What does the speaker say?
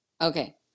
Okay